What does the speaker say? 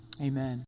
Amen